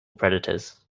predators